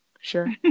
Sure